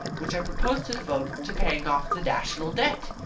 which i propose to devote to paying off the national debt.